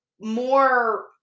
more